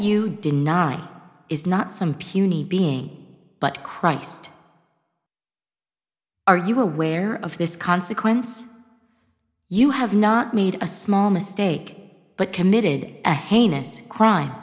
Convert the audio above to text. you deny is not some puny being but christ are you aware of this consequence you have not made a small mistake but committed a heinous crime